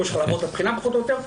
שלהם לעבור את הבחינה פחות או יותר.